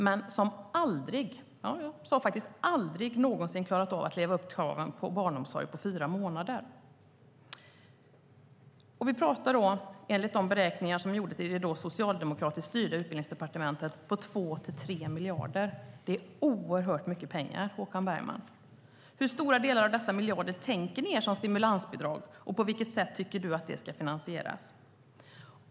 Men de har aldrig någonsin klarat av att leva upp till kraven på barnomsorg på fyra månader. Vi pratar då, enligt de beräkningar som gjordes i det då socialdemokratiskt styrda Utbildningsdepartementet, om 2-3 miljarder. Det är oerhört mycket pengar, Håkan Bergman! Hur stora delar av dessa miljarder tänker ni er som stimulansbidrag, och på vilket sätt tycker du att det ska finansieras?